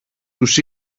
τους